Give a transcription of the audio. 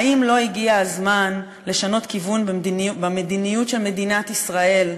האם לא הגיע הזמן לשנות כיוון במדיניות של מדינת ישראל,